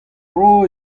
vro